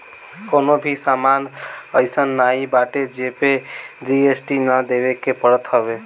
कवनो भी सामान अइसन नाइ बाटे जेपे जी.एस.टी ना देवे के पड़त हवे